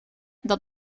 dat